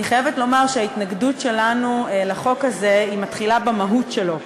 אני חייבת לומר שההתנגדות שלנו לחוק הזה מתחילה במהות שלו.